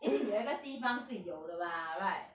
一定有个地方是有的 lah right